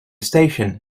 station